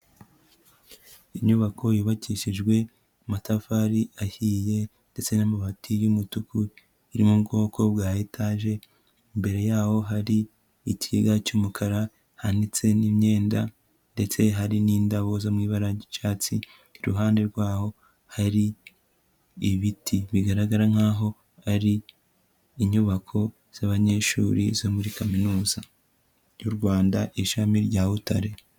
Inyubako yubakishijwe amatafari ahiye ndetse n'amabati y'umutuku iri mu bwoko bwa etage mbere yaho hari ikigega cy'umukara hanitse n'imyenda ndetse hari n'indabo zo mu ibara ry'icyatsi, iruhande rwaho hari ibiti bigaragara nkaho ari inyubako z'abanyeshuri zo muri Kaminuza y'u Rwanda Ishami rya Butare.